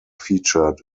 featured